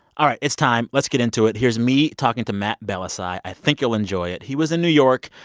all right. it's time. let's get into it. here's me talking to matt bellassai. i think you'll enjoy it. he was in new york.